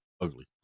ugly